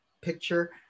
picture